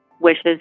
wishes